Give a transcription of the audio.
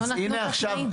לא נתנו את התנאים.